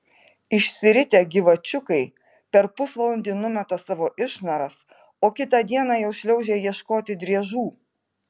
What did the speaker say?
išsiritę gyvačiukai per pusvalandį numeta savo išnaras o kitą dieną jau šliaužia ieškoti driežų